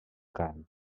cant